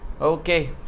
Okay